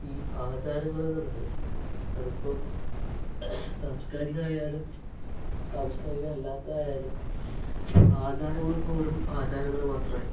ഈ ആചാരങ്ങൾ എന്നുള്ളത് അതിപ്പം സാംസ്കാരികം ആയാലും സാംസ്കാരികം അല്ലാത്ത ആയാലും ആചാരങ്ങൾ ഇപ്പം ആചാരങ്ങൾ മാത്രമായി